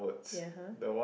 ya (huh)